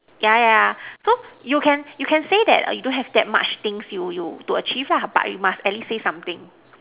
yeah yeah so you can you can say that you don't have that much things you you to achieve lah but you must at least say something